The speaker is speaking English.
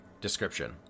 Description